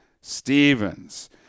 Stevens